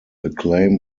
acclaim